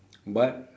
but